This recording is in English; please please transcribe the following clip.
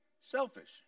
selfish